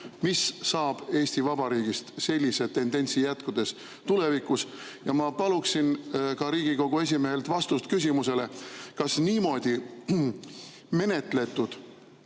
mis saab Eesti Vabariigist sellise tendentsi jätkudes tulevikus. Ma paluksin ka Riigikogu esimehelt vastust küsimusele: kas niimoodi menetletud